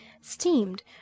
steamed